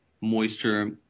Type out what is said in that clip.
moisture